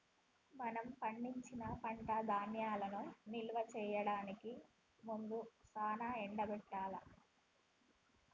మనం పండించిన పంట ధాన్యాలను నిల్వ చేయడానికి ముందు సానా ఎండబెట్టాల్ల